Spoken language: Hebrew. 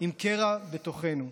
עם קרע בתוכנו.